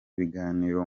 biganiro